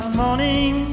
morning